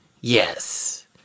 Yes